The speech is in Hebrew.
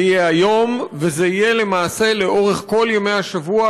זה יהיה היום וזה יהיה למעשה לאורך כל ימי השבוע,